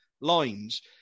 lines